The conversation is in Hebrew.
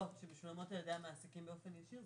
שמשולמות על ידי המעסיקים באופן ישיר,